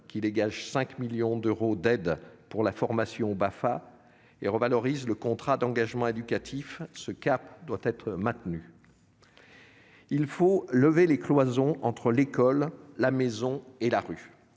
qui dégage 5 millions d'euros d'aides pour la formation au Bafa et revalorise le contrat d'engagement éducatif. Ce cap doit être maintenu. Il faut abattre les cloisons entre l'école, la maison et la rue,